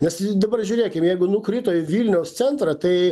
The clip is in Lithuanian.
nes dabar žiūrėkim jeigu nukrito į vilniaus centrą tai